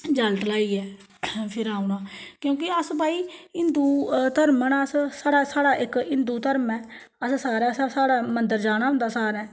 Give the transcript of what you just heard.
जल ढलाइयै फिर औना क्योंकि अस भाई हिन्दू धर्म न अस साढ़ा साढ़ा इक हिन्दू धर्म ऐ असें सारे असें साढ़े मंदर जाना होंदा सारें